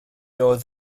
oedd